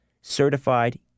certified